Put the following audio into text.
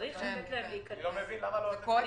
אני חושב שצריך לעשות במהרה את אותה ועדת בדיקה.